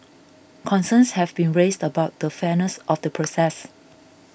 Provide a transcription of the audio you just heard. concerns have been raised about the fairness of the process